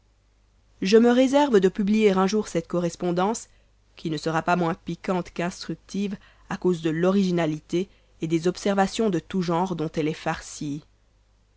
je me réserve de publier un jour cette correspondance qui ne sera pas moins piquante qu'instructive à cause de l'originalité et des observations de tous genres dont elle est farcie